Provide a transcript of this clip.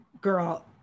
girl